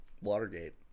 Watergate